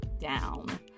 down